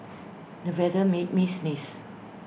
the weather made me sneeze